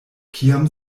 kiam